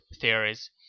theories